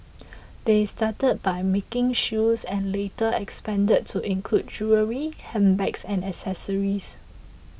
they started by making shoes and later expanded to include jewellery handbags and accessories